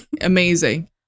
Amazing